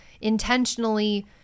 intentionally